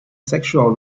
sexual